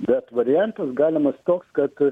bet variantas galimas toks kad